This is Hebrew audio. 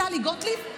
טלי גוטליב,